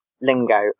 lingo